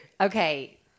Okay